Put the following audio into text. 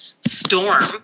storm